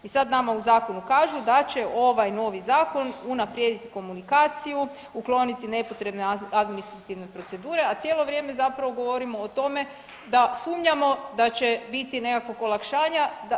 I sad nama u zakonu kažu da će ovaj novi zakon unaprijediti komunikaciju, ukloniti nepotrebne administrativne procedure, a cijelo vrijeme zapravo govorimo o tome da sumnjamo da će biti nekakvog olakšanja.